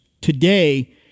Today